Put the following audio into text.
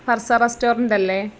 Farsa റെസ്റ്റോറൻറ്റല്ലേ